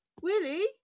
Willie